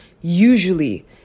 usually